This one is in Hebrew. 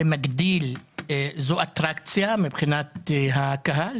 זו אטרקציה מבחינת הקהל.